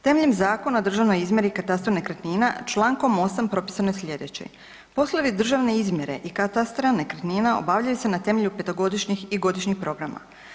Temeljem Zakona o državnoj izmjeri katastra nekretnina čl. 8. propisano je sljedeće „Poslovi državne izmjere i katastara nekretnina obavljaju se na temelju petogodišnjih i godišnjih programa.